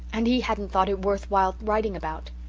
and he hadn't thought it worth while writing about.